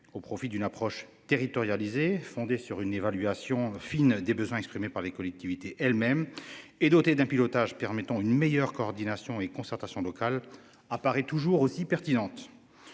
au profit d'une approche territorialisée fondée sur une évaluation fine des besoins exprimés par les collectivités elles-mêmes et doté d'un pilotage permettant une meilleure coordination et concertation locale apparaît paraît toujours aussi pertinente.